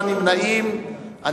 נתקבלו.